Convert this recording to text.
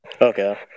Okay